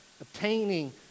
obtaining